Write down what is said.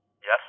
Yes